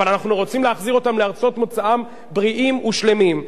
אבל אנחנו רוצים להחזיר אותם לארצות מוצאם בריאים ושלמים.